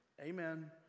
amen